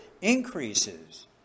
increases